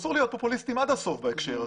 אסור להיות פופוליסטיים עד הסוף בהקשר הזה.